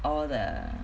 all the